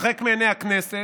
הרחק מעיני הכנסת,